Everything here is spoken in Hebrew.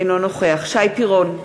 אינו נוכח שי פירון,